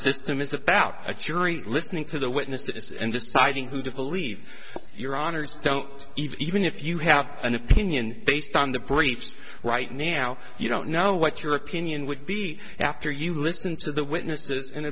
system is about a jury listening to the witness that is and deciding who to believe your honour's don't even if you have an opinion based on the briefs right now you don't know what your opinion would be after you listen to the witnesses and